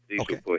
okay